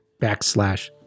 backslash